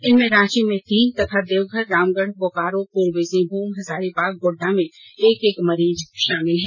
इनमें रांची में तीन तथा देवघर रामगढ़ बोकारो पूर्वी सिंहभूम हजारीबाग गोड़डा में एक एक मरीज शामिल हैं